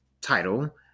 title